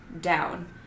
down